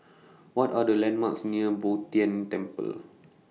What Are The landmarks near Bo Tien Temple